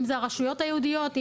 אם זה הרשויות הייעודיות,